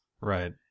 Right